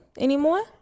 anymore